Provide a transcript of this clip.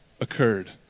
occurred